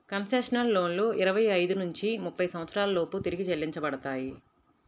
concessional లోన్లు ఇరవై ఐదు నుంచి ముప్పై సంవత్సరాల లోపు తిరిగి చెల్లించబడతాయి